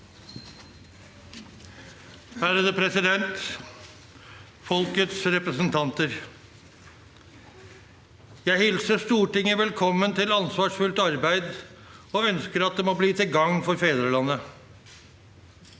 Ærede President, Folkets representanter. Jeg hilser Stortinget velkommen til ansvarsfullt arbeid og ønsker at det må bli til gagn for fedrelandet.